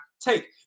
take